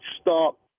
stop